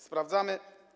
Sprawdzamy.